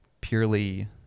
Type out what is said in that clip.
purely